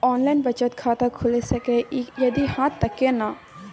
Online बचत खाता खुलै सकै इ, यदि हाँ त केना?